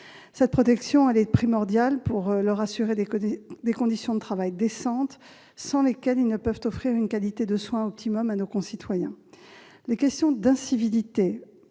Cette protection est primordiale pour leur assurer des conditions de travail décentes, sans lesquelles ils ne peuvent offrir des soins d'une qualité optimale à nos concitoyens. Les questions d'incivilité,